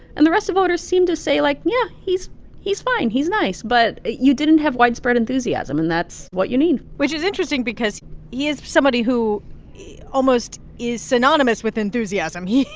and the rest of voters seemed to say, like, yeah, he's he's fine. he's nice. but you didn't have widespread enthusiasm, and that's what you need which is interesting because he is somebody who almost is synonymous with enthusiasm. he,